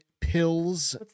pills